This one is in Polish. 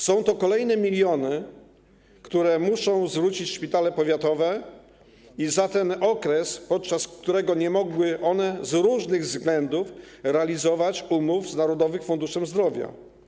Są to kolejne miliony, które muszą zwrócić szpitale powiatowe, za ten okres, podczas którego nie mogły one z różnych względów realizować umów z Narodowym Funduszem Zdrowia.